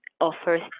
offers